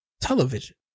television